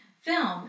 film